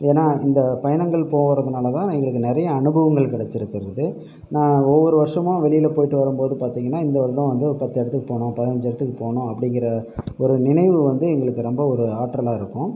ஏன்னால் இந்த பயணங்கள் போகிறதுனால தான் எங்களுக்கு நிறைய அனுபவங்கள் கிடைச்சிருக்கறது நான் ஒவ்வொரு வருஷமும் வெளியில் போயிட்டு வரும் போது பார்த்திங்கன்னா இந்த வருடம் வந்து ஒரு பத்து இடத்துக்கு போனோம் பதினைஞ்சி இடத்துக்கு போனோம் அப்படிங்கிற ஒரு நினைவு வந்து எங்களுக்கு ரொம்ப ஒரு ஆற்றலாக இருக்கும்